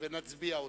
ונצביע עליהן.